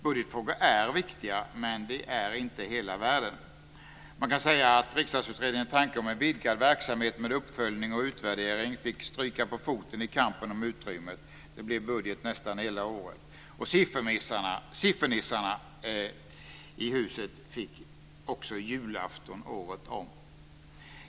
Budgetfrågor är viktiga, men de är inte hela världen. Man kan säga att Riksdagsutredningens tanke om en vidgad verksamhet med uppföljning och utvärdering fick stryka på foten i kampen om utrymmet - det blev budget nästan hela året. Siffernissarna i huset fick också julafton året om.